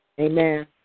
Amen